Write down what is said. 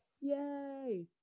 Yay